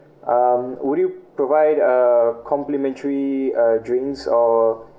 um would you provide uh complementary uh drinks or